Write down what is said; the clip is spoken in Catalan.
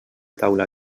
taula